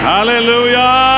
Hallelujah